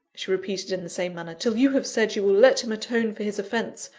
she repeated in the same manner, till you have said you will let him atone for his offence,